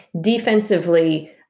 defensively